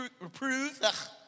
reprove